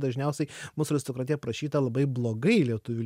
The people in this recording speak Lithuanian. dažniausiai mūsų aristokratija aprašyta labai blogai lietuvių